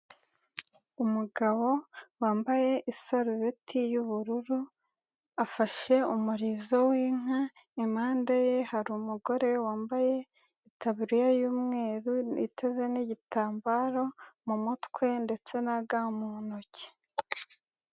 Umugabo wambaye isarubeti y'ubururu, afashe umurizo w'inka impande ye hari umugore wambaye itaburiya y'umweru witeze n'igitambaro mu mutwe ndetse na ga mu ntoki.